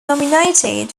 nominated